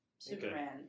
superman